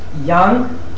Young